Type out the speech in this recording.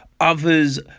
Others